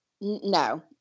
no